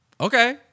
Okay